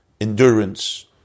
endurance